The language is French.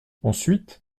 ensuite